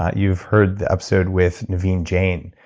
ah you've heard the episode with naveen jain,